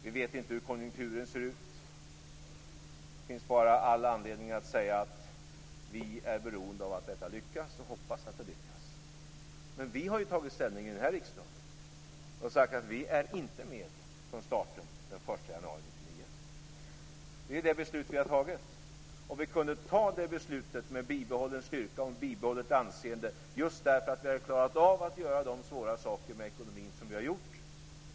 Vi vet inte hur konjunkturen ser ut. Det finns bara all anledning att säga att vi är beroende av att detta lyckas, och vi hoppas att det lyckas. Vi har dock från vår riksdag tagit ställning och sagt att vi inte är med från starten den 1 januari 1999. Det är det beslut som vi har tagit. Vi kunde ta det beslutet med bibehållen styrka och bibehållet anseende just därför att vi har klarat av de svåra saker med ekonomin som vi har gjort.